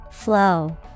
flow